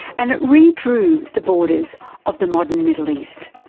and it redrew the borders of the modern middle east.